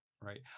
Right